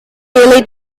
daily